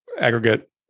aggregate